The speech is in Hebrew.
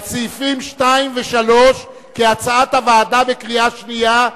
על סעיפים 2 ו-3 כהצעת הוועדה בקריאה שנייה,